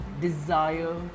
desire